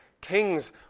Kings